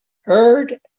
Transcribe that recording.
Heard